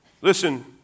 Listen